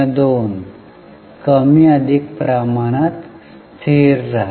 02 कमी अधिक प्रमाणात स्थिर राहते